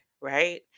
right